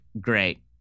great